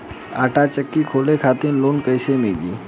आटा चक्की खोले खातिर लोन कैसे मिली?